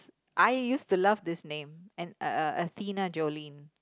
I used to love this name an a a Athena Jolene